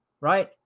right